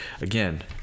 again